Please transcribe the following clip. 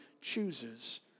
chooses